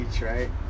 right